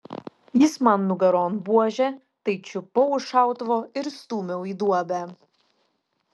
jis man nugaron buože tai čiupau už šautuvo ir stūmiau į duobę